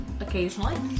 occasionally